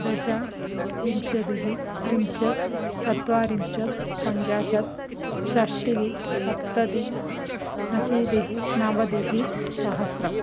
दश विंशतिः त्रिंशत् चत्वारिंशत् पञ्चाशत् षष्टिः सप्ततिः अशीतिः नवतिः सहस्रम्